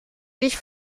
sich